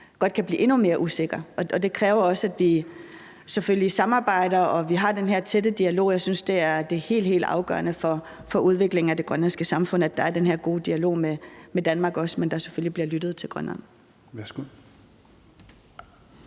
godt kan blive endnu mere usikker, og det kræver også, at vi selvfølgelig samarbejder og vi har den her tætte dialog. Jeg synes, det er helt afgørende for udviklingen af det grønlandske samfund, at der også er den her gode dialog med Danmark, men at der selvfølgelig bliver lyttet til Grønland.